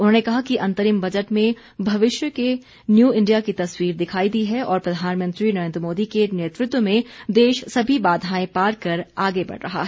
उन्होंने कहा कि अंतरिम बजट में भविष्य के न्यू इंडिया की तस्वीर दिखाई दी है और प्रधानमंत्री नरेन्द्र मोदी के नेतृत्व में देश सभी बाधाएं पार कर आगे बढ़ रहा है